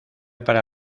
para